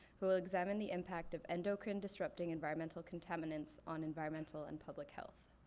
who will examine the impact of endocrine-disrupting environmental contaminants on environmental and public health.